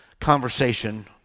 conversation